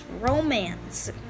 romance